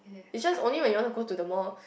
it's just only when you want to go to the more